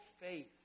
faith